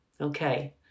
Okay